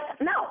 no